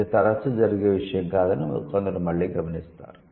ఇది తరచూ జరిగే విషయం కాదని కొందరు మళ్ళీ గమనిస్తారు